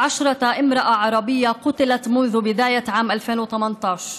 והתלונות נשארות הודעות בלבד ואינן נלקחות ברצינות כדי להגן על הנשים.